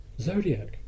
Zodiac